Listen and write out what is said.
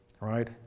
right